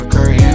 Curry